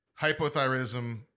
Hypothyroidism